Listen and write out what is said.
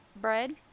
bread